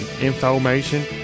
Information